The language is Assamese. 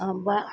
অঁ